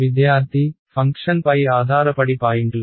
విద్యార్థి ఫంక్షన్పై ఆధారపడి పాయింట్లు